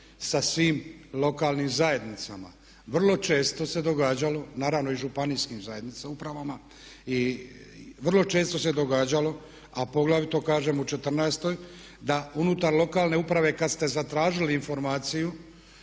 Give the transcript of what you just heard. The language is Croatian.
sa svim lokalnim zajednicama. Vrlo često se događalo, naravno i županijskim zajednicama, upravama i vrlo često se događalo a poglavito kažem u '14.-toj da unutar lokalne uprave kada ste zatražili informaciju